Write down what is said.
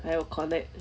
来我 connect